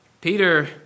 Peter